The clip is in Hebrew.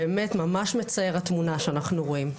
באמת, ממש מצער התמונה שאנחנו רואים.